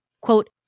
Quote